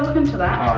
into that.